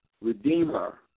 Redeemer